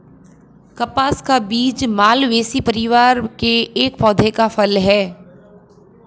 कपास का बीज मालवेसी परिवार के एक पौधे का फल है